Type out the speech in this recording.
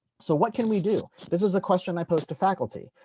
so what can we do? this is a question i posed to faculty.